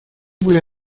были